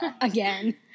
again